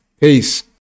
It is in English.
Peace